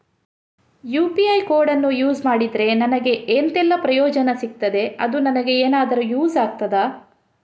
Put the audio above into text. UPI ಕೋಡನ್ನು use ಮಾಡಿದ್ರೆ ನನಗೆ ಎಂಥೆಲ್ಲಾ ಪ್ರಯೋಜನ ಸಿಗ್ತದೆ, ಅದು ನನಗೆ ಎನಾದರೂ ಯೂಸ್ ಆಗ್ತದಾ?